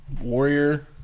warrior